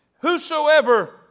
Whosoever